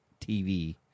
TV